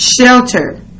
Shelter